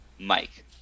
Mike